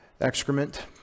excrement